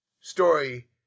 story